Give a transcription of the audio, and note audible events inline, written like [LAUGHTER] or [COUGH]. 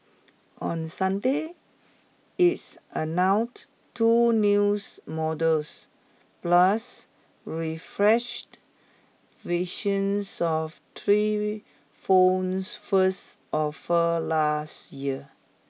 on Sunday it's [UNINTELLIGIBLE] two news models plus refreshed visions of three phones first offered last year